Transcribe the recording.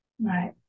right